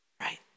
right